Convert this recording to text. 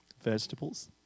Vegetables